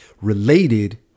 related